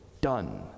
done